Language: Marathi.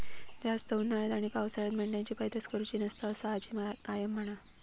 जास्त उन्हाळ्यात आणि पावसाळ्यात मेंढ्यांची पैदास करुची नसता, असा आजी कायम म्हणा